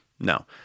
No